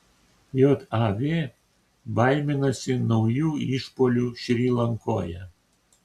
jav baiminasi naujų išpuolių šri lankoje